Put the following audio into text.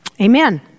Amen